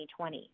2020